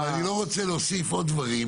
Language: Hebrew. אבל אני לא רוצה להוסיף עוד דברים,